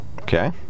Okay